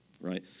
right